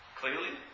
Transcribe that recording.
clearly